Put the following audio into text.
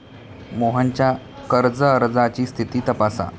मोहनच्या कर्ज अर्जाची स्थिती तपासा